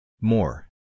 More